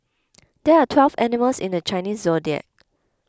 there are twelve animals in the Chinese zodiac